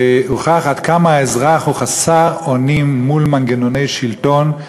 והוכח עד כמה האזרח חסר אונים מול מנגנוני שלטון.